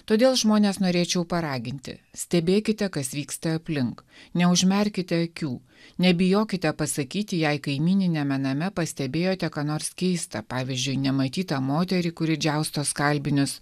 todėl žmones norėčiau paraginti stebėkite kas vyksta aplink neužmerkite akių nebijokite pasakyti jei kaimyniniame name pastebėjote ką nors keista pavyzdžiui nematytą moterį kuri džiausto skalbinius